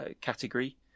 category